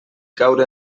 caure